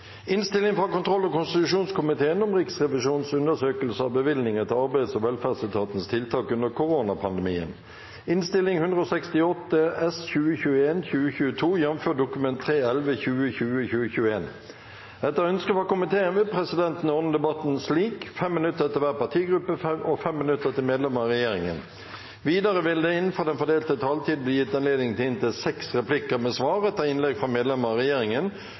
ønske fra kontroll- og konstitusjonskomiteen vil presidenten ordne debatten slik: 5 minutter til hver partigruppe og 5 minutter til medlemmer av regjeringen. Videre vil det – innenfor den fordelte taletid – bli gitt anledning til inntil seks replikker med svar etter innlegg fra medlemmer av regjeringen,